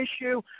issue